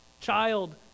child